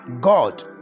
God